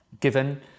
given